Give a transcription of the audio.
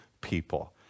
people